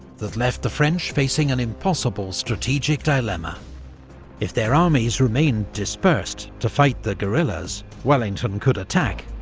that left the french facing an impossible strategic dilemma if their armies remained dispersed, to fight the guerrillas wellington could attack.